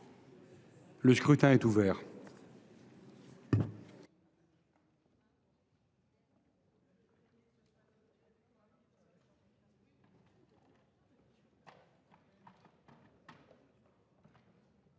Le scrutin est ouvert.